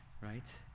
Right